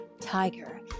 tiger